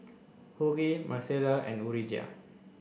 Hughie Marcela and Urijah